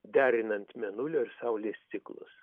derinant mėnulio ir saulės ciklus